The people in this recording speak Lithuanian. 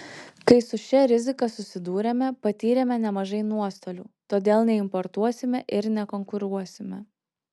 kai su šia rizika susidūrėme patyrėme nemažai nuostolių todėl neimportuosime ir nekonkuruosime